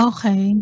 Okay